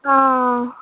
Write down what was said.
ఆ